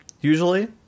usually